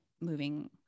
moving